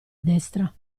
destra